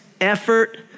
effort